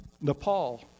Nepal